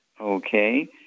Okay